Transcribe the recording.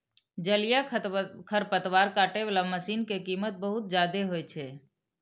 जलीय खरपतवार काटै बला मशीन के कीमत बहुत जादे होइ छै